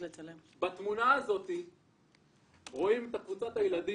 בתמונה רואים את קבוצת הילדים,